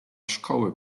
szkoły